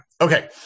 Okay